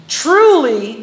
truly